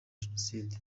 genocide